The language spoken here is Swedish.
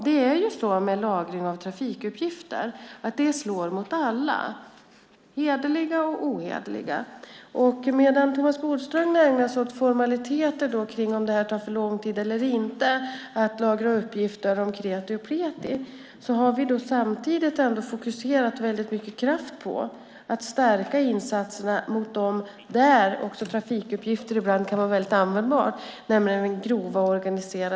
Det är ju så med lagring av trafikuppgifter att det slår mot alla, hederliga och ohederliga. Medan Thomas Bodström ägnar sig åt formaliteter kring om det tar för lång tid eller inte att lagra uppgifter om kreti och pleti har vi fokuserat väldigt mycket kraft på att stärka insatserna mot den grova och organiserade brottsligheten, där också trafikuppgifter ibland kan vara väldigt användbara.